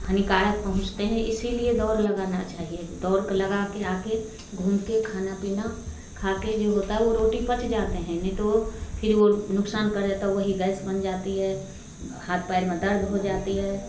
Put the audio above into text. हानिकारक पहुँचते हैं इसीलिए दौड़ लगाना चाहिए दौड़ का लगा के आ के घूम के खाना पीना खा के जो होता है वो रोटी पच जाती है नहीं तो वो फिर वो नुक़सान कर जाता वही गैस बन जाती है हाथ पैर में दर्द हो जाता है